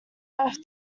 earth